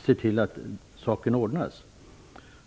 ser till att saken ordnas.